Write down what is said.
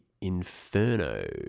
Inferno